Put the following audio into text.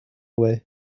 way